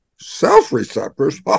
self-receptors